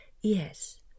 Yes